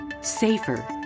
safer